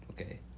Okay